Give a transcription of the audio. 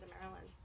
Maryland